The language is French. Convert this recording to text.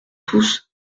tous